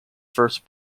first